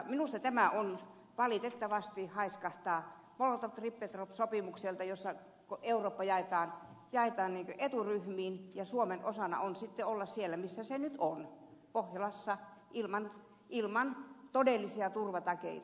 minusta tämä valitettavasti haiskahtaa molotovribbentrop sopimukselta jossa eurooppa jaetaan niin kuin eturyhmiin ja suomen osana on sitten olla siellä missä se nyt on pohjolassa ilman todellisia turvatakeita